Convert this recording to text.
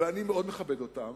ואני מאוד מכבד אותם,